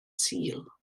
sul